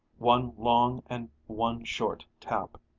one long and one short tap.